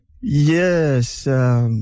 Yes